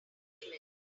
element